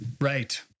right